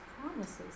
promises